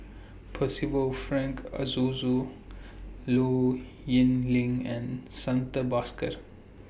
Percival Frank Aroozoo Low Yen Ling and Santha Bhaskar